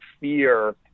fear